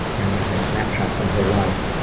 and then a snapshot from her life,